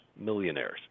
millionaires